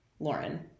Lauren